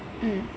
mm